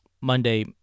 Monday